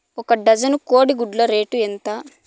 ఒక డజను కోడి గుడ్ల రేటు ఎంత?